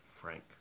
Frank